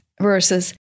versus